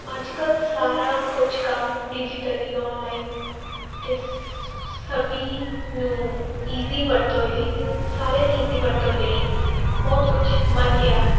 ਅੱਜ ਕੱਲ੍ਹ ਸਾਰਾ ਕੁਝ ਕੰਮ ਡਿਜੀਟਲੀ ਔਨਲਾਈਨ ਅਤੇ ਸ ਸਭੀ ਨੂੰ ਈਜ਼ੀ ਵਰਤੋਂ ਈਜੀ ਸਾਰਿਆਂ ਦੀ ਈਜ਼ੀ ਵਰਤੋਂ ਲਈ ਬਹੁਤ ਕੁਝ ਬਣ ਗਿਆ ਹੈ